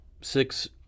six